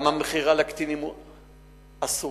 גם המכירה לקטינים אסורה,